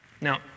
Now